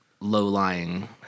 low-lying